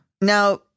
Now